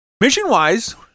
Mission-wise